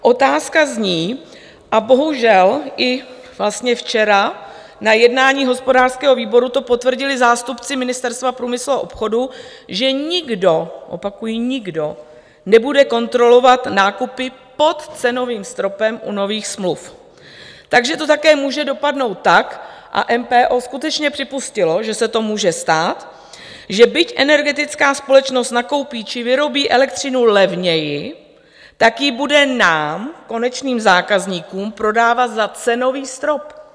Otázka zní, a bohužel i vlastně včera na jednání hospodářského výboru to potvrdili zástupci Ministerstva průmyslu a obchodu, že nikdo, opakuji nikdo, nebude kontrolovat nákupy pod cenovým stropem u nových smluv, takže to také může dopadnout tak, a MPO skutečně připustilo, že se to může stát, že byť energetická společnost nakoupí či vyrobí elektřinu levněji, tak ji bude nám, konečným zákazníkům, prodávat za cenový strop.